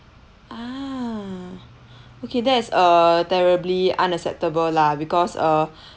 ah okay that is uh terribly unacceptable lah because uh